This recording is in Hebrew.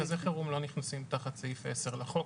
מרכזי חירום לא נכנסים תחת סעיף 10 לחוק,